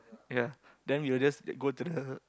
ya then we will just go to the